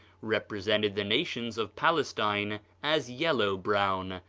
represented the nations of palestine as yellow-brown,